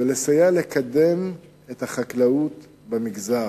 ולסייע לקדם את החקלאות במגזר.